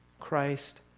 Christ